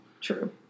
True